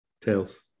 Tails